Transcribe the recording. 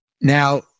Now